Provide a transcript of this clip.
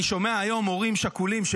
אני שומע היום הורים שכולים,